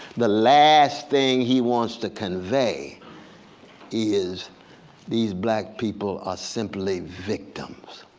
the last thing he wants to convey is these black people are simply victims.